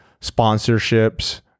sponsorships